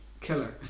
killer